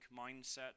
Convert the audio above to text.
mindset